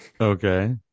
Okay